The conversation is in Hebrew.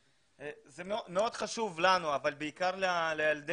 זה מאוד חשוב לנו אבל בעיקר לילדינו.